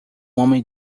homem